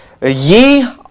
Ye